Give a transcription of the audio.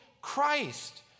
Christ